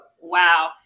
Wow